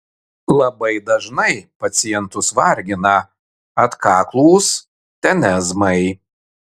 labai dažnai pacientus vargina atkaklūs tenezmai